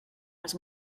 els